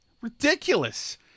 Ridiculous